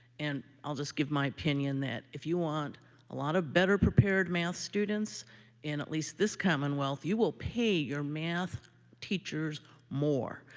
and i'll just give my opinion that if you want a lot of better-prepared math students in at least this commonwealth, you will pay your math teachers more.